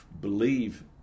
believe